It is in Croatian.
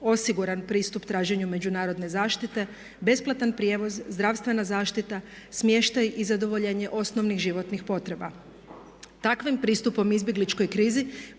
osiguran pristup traženju međunarodne zaštite, besplatan prijevoz, zdravstvena zaštita, smještaj i zadovoljenje osnovnih životnih potreba. Takvim pristupom izbjegličkoj krizi